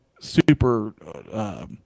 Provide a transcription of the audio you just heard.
super